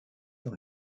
dans